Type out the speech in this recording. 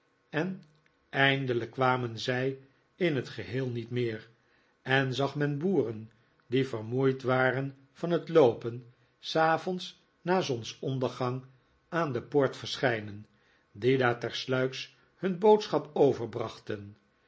en eindelijk kwamen zij in het geheel niet meer en zag men boeren die vermoeid waren van het loopen s avonds na zonsondergang aan de poort verschijnen die daar tersluiks hun boodschap overbrachten